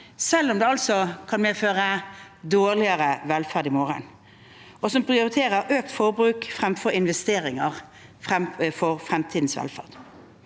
selv om det kan medføre dårligere velferd i morgen, og som prioriterer økt forbruk fremfor investeringer for fremtidens velferd.